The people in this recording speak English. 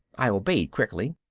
i obeyed quickly.